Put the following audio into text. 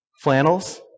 Flannels